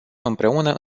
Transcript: împreună